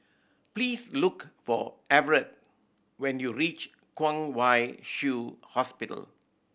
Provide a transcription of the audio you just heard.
please look for Evertt when you reach Kwong Wai Shiu Hospital